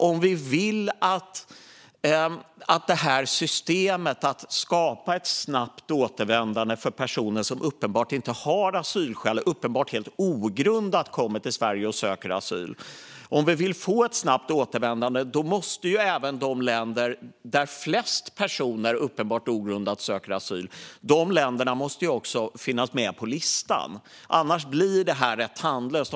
Om vi vill att det här systemet ska fungera, alltså att vi skapar ett snabbt återvändande för personer som uppenbart inte har asylskäl och uppenbart helt ogrundat kommer till Sverige och söker asyl, måste även de länder som flest personer kommer från och uppenbart ogrundat söker asyl här finnas med på listan. Annars blir det här rätt tandlöst.